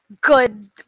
good